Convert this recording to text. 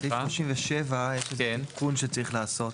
בסעיף 37, יש איזה תיקון שצריך לעשות.